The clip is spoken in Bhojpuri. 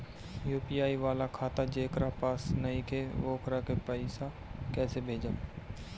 यू.पी.आई वाला खाता जेकरा पास नईखे वोकरा के पईसा कैसे भेजब?